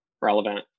relevant